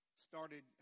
Started